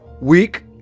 week